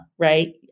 Right